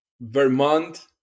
Vermont